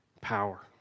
power